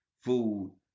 food